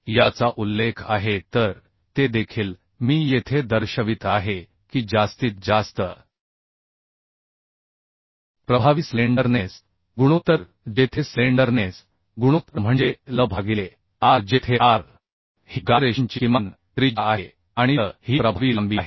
याचा उल्लेख आहे तर ते देखील मी येथे दर्शवित आहे की जास्तीत जास्त प्रभावी स्लेंडरनेस गुणोत्तर जेथे स्लेंडरनेस गुणोत्तर म्हणजे L भागिले R जेथे R ही गायरेशनची किमान त्रिज्या आहे आणि L ही प्रभावी लांबी आहे